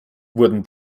wurden